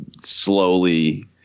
slowly